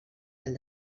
del